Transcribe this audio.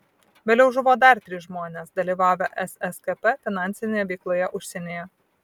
vėliau žuvo dar trys žmonės dalyvavę sskp finansinėje veikloje užsienyje